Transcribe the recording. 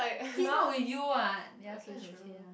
he's not with you what ya so it's okay ah